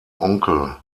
onkel